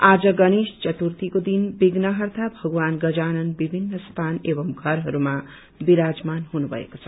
आज गणेश चतुर्थीको दिन विघ्नहर्ता भगवान गजानन विभित्र स्यान एवं घरहरूमा विराजमान हुनुमएको छ